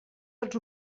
dels